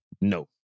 No